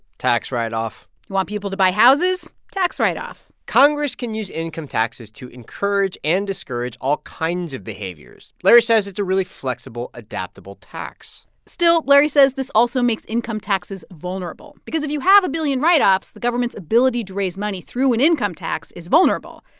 tax write-off you want people to buy houses? tax write-off congress can use income taxes to encourage and discourage all kinds of behaviors. larry says it's a really flexible, adaptable tax still, larry says this also makes income taxes vulnerable because if you have a billion write-offs, the government's ability to raise money through an income tax is vulnerable.